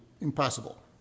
impossible